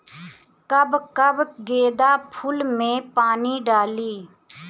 कब कब गेंदा फुल में पानी डाली?